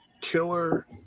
Killer